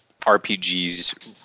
RPGs